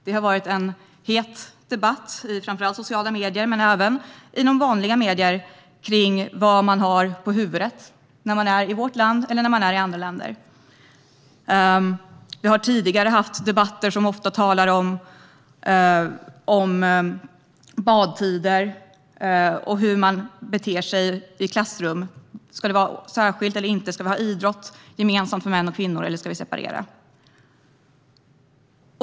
En het debatt har förts i framför allt sociala medier, men även i vanliga medier, om vad man har på huvudet när man är i vårt land och när man är i andra länder. Vi har tidigare haft debatter som har handlat om badtider och hur man beter sig i klassrum. Ska det vara särskiljande eller inte? Ska kvinnor och män ha idrott tillsammans eller ska de separeras?